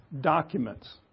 documents